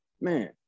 man